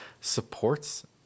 supports